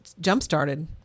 jump-started